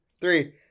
three